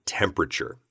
temperature